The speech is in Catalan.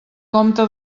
compte